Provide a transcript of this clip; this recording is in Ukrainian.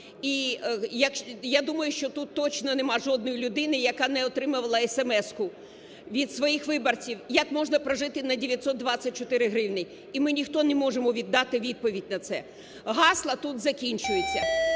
І, я думаю, що тут точно нема жодної людини, яка не отримувала есемеску від своїх виборців: як можна прожити на 924 гривні. І ми, ніхто, не можемо дати відповідь на це. Гасла тут закінчуються,